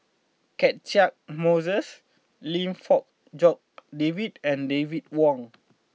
Catchick Moses Lim Fong Jock David and David Wong